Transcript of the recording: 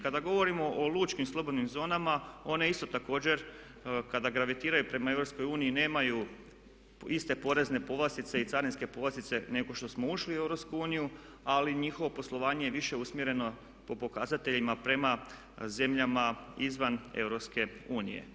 Kada govorimo o lučkim slobodnim zonama, one isto također kada gravitiraju prema EU nemaju iste porezne povlastice i carinske povlastice nego što smo ušli u EU ali njihovo poslovanje je više usmjereno po pokazateljima prema zemljama izvan EU.